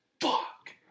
Fuck